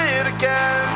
again